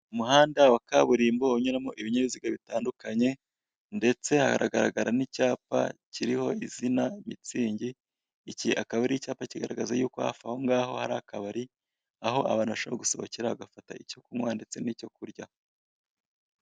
Umuhanda wa kaburimbo unyuramo ibinyabiziga bitandukanye ndetse haragaragara n'icyapa kiriho izina miitzig iki akaba ari icyapa kigaragaza yuko hafi aho ngaho hari akabari aho abantu bashobora gusohokera bagafata icyo kunywa ndetse n'icyo kurya .